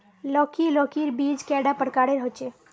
लौकी लौकीर बीज कैडा प्रकारेर होचे?